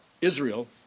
Israel